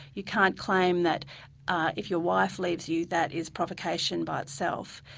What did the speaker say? you can't claim that if your wife leaves you, that is provocation by itself.